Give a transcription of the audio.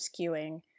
skewing